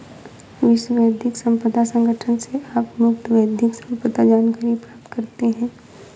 विश्व बौद्धिक संपदा संगठन से आप मुफ्त बौद्धिक संपदा जानकारी प्राप्त करते हैं